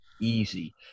easy